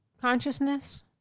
consciousness